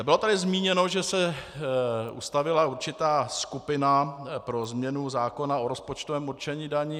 Bylo tady zmíněno, že se ustavila určitá skupina pro změnu zákona o rozpočtovém určení daní.